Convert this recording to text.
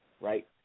right